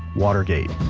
watergate